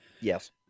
Yes